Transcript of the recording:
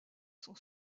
sont